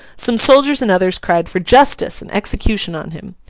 some soldiers and others cried for justice! and execution on him.